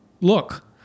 Look